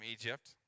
Egypt